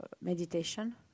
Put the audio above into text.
meditation